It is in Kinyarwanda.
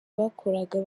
bakoraga